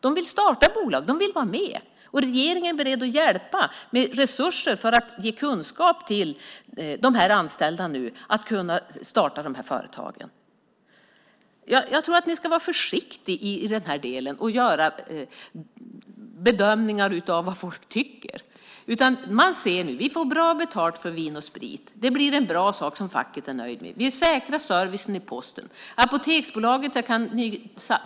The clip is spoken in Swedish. De vill starta bolag. De vill vara med. Regeringen är beredd att hjälpa till med resurser för att ge kunskap till de anställda så att de kan starta de här företagen. Jag tror att ni ska vara försiktiga med att göra bedömningar av vad folk tycker. Vi får bra betalt för Vin & Sprit. Det blir en bra sak som facket är nöjt med. Vi säkrar servicen i Posten.